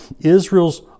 Israel's